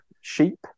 Sheep